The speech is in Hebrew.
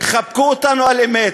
חבקו אותנו על אמת.